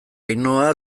ainhoa